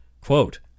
Quote